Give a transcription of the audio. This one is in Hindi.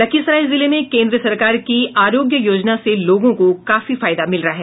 लखीसराय जिले में केंद्र सरकार की आरोग्य योजना से लोगों को काफी फायदा मिल रहा है